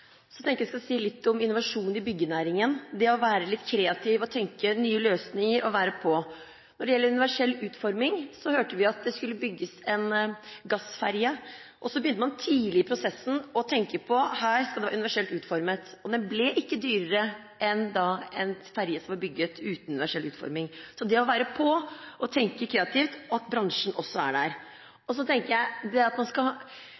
så mye dyrere. Så jeg tenkte jeg skulle si litt om innovasjon i byggenæringen, det å være litt kreativ, tenke nye løsninger og være «på». Når det gjelder universell utforming, hørte vi at det skulle bygges en gassferje. Så begynte man tidlig i prosessen å tenke på at her skal det være universelt utformet. Og den ble ikke dyrere enn en ferje som ble bygget uten universell utforming. Så det gjelder å være «på» og tenke kreativt – og at bransjen også er